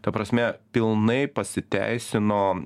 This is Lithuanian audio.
ta prasme pilnai pasiteisino